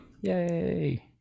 Yay